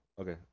Okay